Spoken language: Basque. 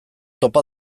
topa